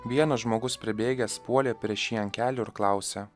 vienas žmogus pribėgęs puolė prieš jį ant kelių ir klausia